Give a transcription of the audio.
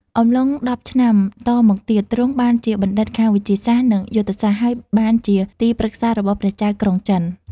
អំឡុងដប់ឆ្នាំ តមកទៀត ទ្រង់បានជាបណ្ឌិតខាងវិទ្យាសាស្ត្រ និងយុទ្ធសាស្ត្រ ហើយបានជាទីប្រឹក្សារបស់ព្រះចៅក្រុងចិន ។